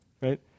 right